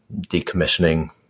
decommissioning